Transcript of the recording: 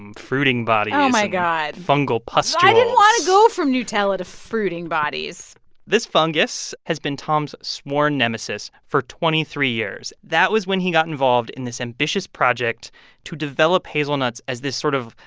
um fruiting bodies and. oh, my god. fungal pustules i didn't want to go from nutella to fruiting bodies this fungus has been tom's sworn nemesis for twenty three years. that was when he got involved in this ambitious project to develop hazelnuts as this sort of,